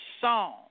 song